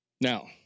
now